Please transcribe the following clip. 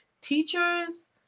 teachers